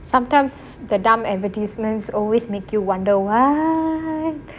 sometimes the dumb advertisements always make you wonder why